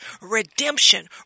Redemption